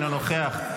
אינו נוכח.